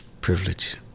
privilege